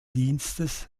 dienstes